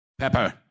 Pepper